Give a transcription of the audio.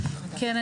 כן,